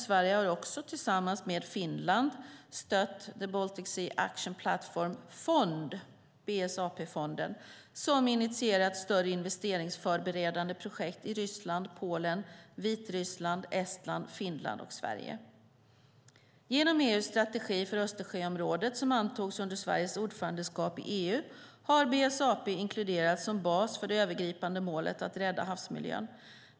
Sverige har också tillsammans med Finland stött Baltic Sea Action Plan-fonden, BSAP-fonden, som initierat större investeringsförberedande projekt i Ryssland, Polen, Vitryssland, Estland, Finland och Sverige. Genom EU:s strategi för Östersjöområdet som antogs under Sveriges ordförandeskap i EU har BSAP inkluderats som bas för det övergripande målet att rädda havsmiljön.